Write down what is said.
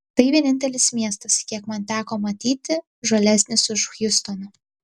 tai vienintelis miestas kiek man teko matyti žalesnis už hjustoną